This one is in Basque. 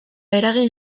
eragin